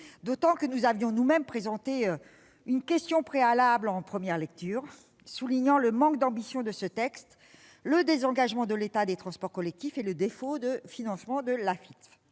d'autant que nous avions nous-mêmes présenté une motion tendant à opposer la question préalable en première lecture et souligné le manque d'ambition de ce texte, le désengagement de l'État des transports collectifs et le défaut de financement de l'Afitf